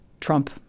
Trump